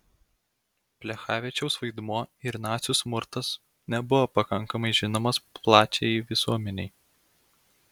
plechavičiaus vaidmuo ir nacių smurtas nebuvo pakankamai žinomas plačiajai visuomenei